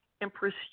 Empress